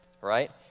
right